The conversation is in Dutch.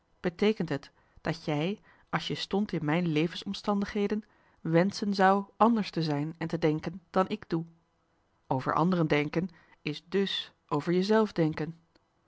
beteekent het dat jij als je stondt in mijn levensomstandigheden wenschen zou anders te zijn en te denken dan ik doe over anderen denken is dùs over jezelf denken